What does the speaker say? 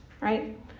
right